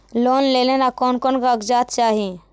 Loan लेने ला कोन कोन कागजात चाही?